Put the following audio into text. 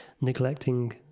neglecting